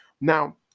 Now